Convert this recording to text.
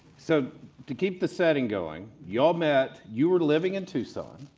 so to keep the setting going, y'all met, you were living in tucson,